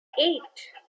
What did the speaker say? eight